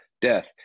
death